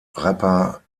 rapper